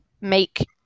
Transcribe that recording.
make